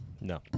No